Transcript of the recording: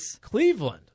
Cleveland